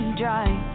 drive